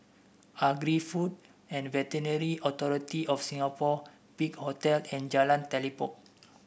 Agri Food and Veterinary Authority of Singapore Big Hotel and Jalan Telipok